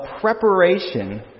preparation